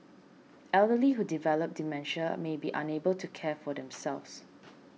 elderly who develop dementia may be unable to care for themselves